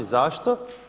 Zašto?